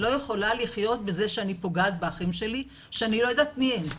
אני לא יכולה לחיות בזה שאני פוגעת באחים שלי שאני לא יודעת מי הם.